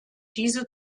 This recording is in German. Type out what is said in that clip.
diese